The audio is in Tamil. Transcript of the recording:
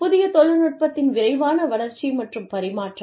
புதிய தொழில்நுட்பத்தின் விரைவான வளர்ச்சி மற்றும் பரிமாற்றம்